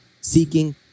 seeking